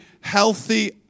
healthy